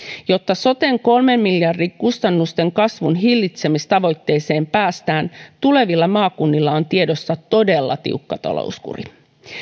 jotta soten tavoitteeseen kolmen miljardin kustannusten kasvun hillitsemisestä päästään tulevilla maakunnilla on tiedossa todella tiukka talouskuri